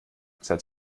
seit